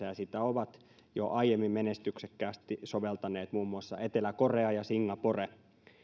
ja sitä ovat jo aiemmin menestyksekkäästi soveltaneet muun muassa etelä korea ja singapore